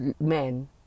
men